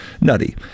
nutty